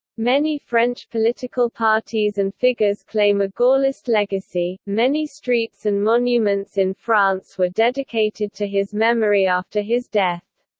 many french political parties and figures claim a gaullist legacy many streets and monuments in france were dedicated to his memory after his death.